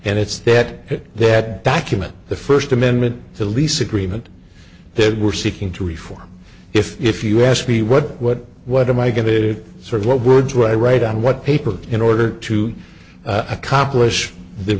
and it's that that document the first amendment to lease agreement they were seeking to reform if you ask me what what what am i going to sort of what words were i write on what paper in order to accomplish the